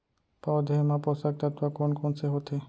पौधे मा पोसक तत्व कोन कोन से होथे?